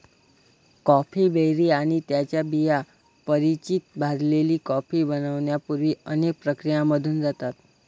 coffee berry आणि त्यांच्या बिया परिचित भाजलेली कॉफी बनण्यापूर्वी अनेक प्रक्रियांमधून जातात